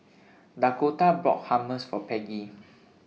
Dakotah bought Hummus For Peggy